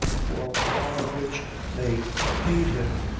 for one of which mave paid him.